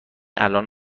الان